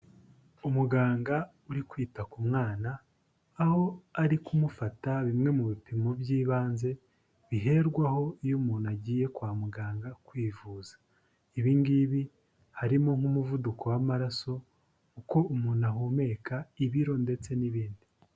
Umuganga uri kwita ku mwana, aho ari kumufata bimwe mu bipimo by'ibanze biherwaho iyo umuntu agiye kwa muganga kwivuza. Ibi ngibi harimo nk'umuvuduko w'amaraso, uko umuntu ahumeka, ibiro ndetse n'ibindi.